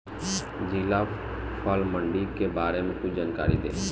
जिला फल मंडी के बारे में कुछ जानकारी देहीं?